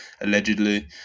Allegedly